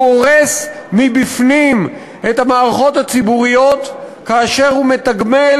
הוא הורס מבפנים את המערכות הציבוריות כאשר הוא מתגמל